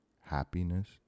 happiness